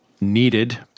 needed